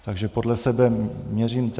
Takže podle sebe měřím tebe.